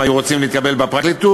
והם היו רוצים להתקבל לפרקליטות,